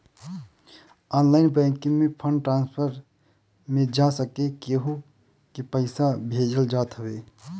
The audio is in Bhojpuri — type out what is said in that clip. ऑनलाइन बैंकिंग में फण्ड ट्रांसफर में जाके केहू के पईसा भेजल जात हवे